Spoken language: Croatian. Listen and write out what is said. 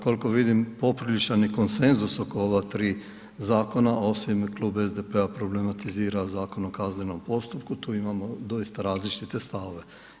Koliko vidim, popriličan je i konsenzus oko ova 3 zakona, osim Klub SDP-a problematizira Zakon o kaznenom postupku, tu imamo doista različite stavove.